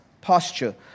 posture